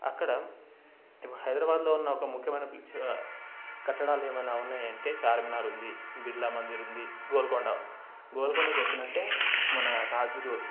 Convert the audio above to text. అక్కడ ఇప్పుడు హైదరాబాద్లో ఉన్న ఒక ముఖ్యమయిన చా కట్టడాలు ఏమైనా ఉన్నాయి అంటే చార్మినార్ ఉంది బిర్లామందిర్ ఉంది గోల్కొండ గోల్కొండ చెప్పినట్టే మన రాజులు